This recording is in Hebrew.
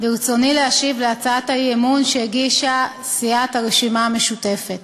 ברצוני להשיב על הצעת האי-אמון שהגישה סיעת הרשימה המשותפת.